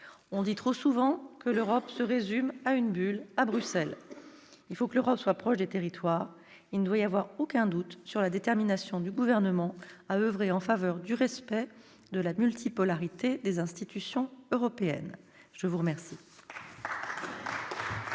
On dit trop souvent que l'Europe se résume à une bulle à Bruxelles. Il faut que l'Europe soit proche des territoires. Il ne doit y avoir aucun doute quant à la détermination du Gouvernement à oeuvrer en faveur du respect de la multipolarité des institutions européennes ! Nous allons